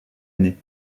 année